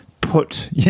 put